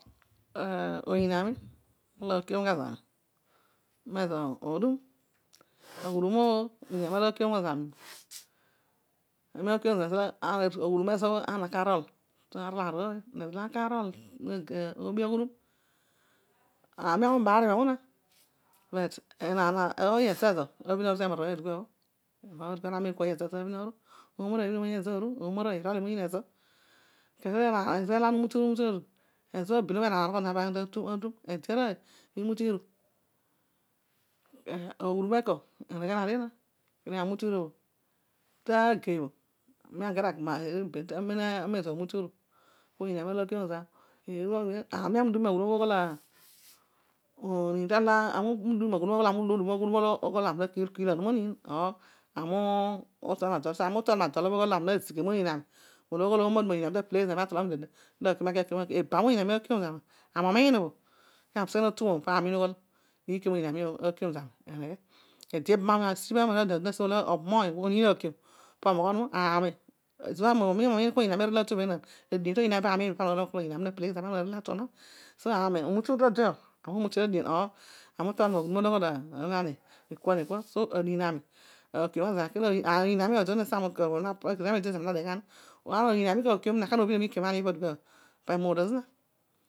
Oniin ami arol akiom gha zami mezo odum. Aghudum obho oniin ami arol akiomgha zami õ. aghud um olo ana karol na arooy. na ghudum olo ana karol no'obi aghudum. Aami ami ubạaryo meemu na but ooy ezo. ezo abhin aru temararoy õbhõ dikua bhõ. Emaraay obho dikua bho ana oniin kua bho oõy ezo ezo, abhin aru. õoma aroiy ibhinyo moyiin ezo aru kozo kezo la ana umute uru, abin obho enaam anogho zonabhõ po obhõ ana ta pin atu obho. Ede arroy imute iru. aghudum obho eko. oneghenadio na, aami ami wnute uru õbhõ, tageiy. aamu gadio agba miben tamam õbhõ ezõor wuate uru ko oniin ami aakiom zami aami ami udumy o maghudum olo ghol ah aami ukiilanyo moniin. Aami utolio madol õbhõ õghol aami nazighe moniin lo oglo oniin ami ta paleghi zami atolimi palade atol akiow. Ibam obho oniin ani akiom zami obho ami umiin obho, aami useghe natughon pa ami umiin ughol ukiom õbhõ oniin ami aakiom zami o eneghe. Ede ibamawumy. siibh aasi mõbhõ obam ony oniin aakiom omoghonio. Ami ezebho ami omiin ughol ọniin ami na tu, adien toniin ami benaan bhaami umuiin õ paami naaloghõm akõl oniin ami napeleghi zami. So aami. ami umute uru ta debhõ. ami umute dio dien or ami lio maghudum olo oghol ami ekua nekua. So oniin ami aakiom gha zami. omin siibh etede amiem ekana ezõor mo degheghani. Oniin ami kaakiom zina kana obhin maahiki ipa bho. pama eemu õolo zina.